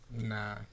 Nah